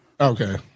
Okay